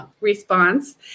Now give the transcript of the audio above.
response